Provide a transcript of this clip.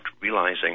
realizing